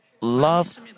love